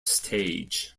stage